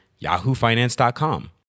YahooFinance.com